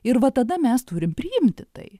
ir va tada mes turim priimti tai